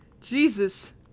Jesus